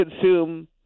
consume